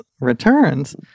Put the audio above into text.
returns